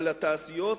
על התעשיות